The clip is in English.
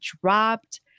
dropped